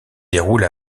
déroule